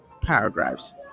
paragraphs